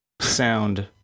sound